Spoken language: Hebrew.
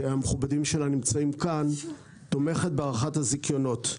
שמכובדיה נמצאים כאן, תומכת בהארכת הזיכיונות.